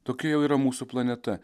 tokia jau yra mūsų planeta